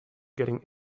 getting